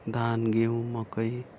धान गहुँ मकै